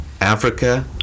Africa